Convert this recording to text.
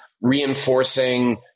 reinforcing